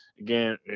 Again